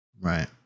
right